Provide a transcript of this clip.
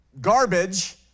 garbage